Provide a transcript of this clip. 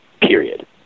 period